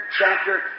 chapter